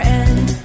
end